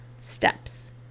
steps